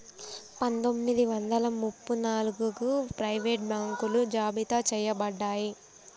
పందొమ్మిది వందల ముప్ప నాలుగగు ప్రైవేట్ బాంకులు జాబితా చెయ్యబడ్డాయి